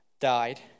died